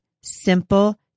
simple